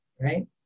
right